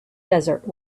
desert